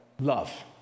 love